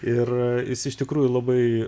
ir jis iš tikrųjų labai